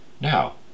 Now